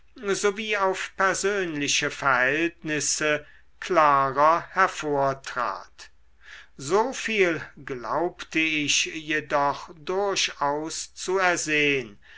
sowie auf persönliche verhältnisse klarer hervortrat soviel glaubte ich jedoch durchaus zu ersehn